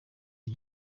iki